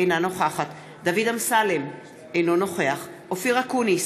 אינה נוכחת דוד אמסלם, אינו נוכח אופיר אקוניס,